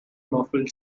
muffled